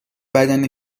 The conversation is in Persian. بدن